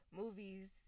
movies